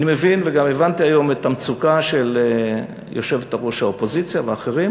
אני מבין וגם הבנתי היום את המצוקה של יושבת-ראש האופוזיציה ואחרים.